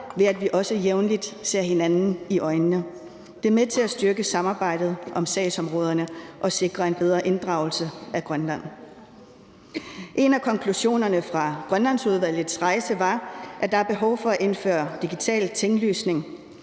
ved at vi også jævnligt ser hinanden i øjnene. Det er med til at styrke samarbejdet om sagsområderne og sikre en bedre inddragelse af Grønland. En af konklusionerne fra Grønlandsudvalgets rejse var, at der er behov for at indføre digital tinglysning.